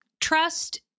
trust